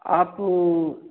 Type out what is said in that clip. आप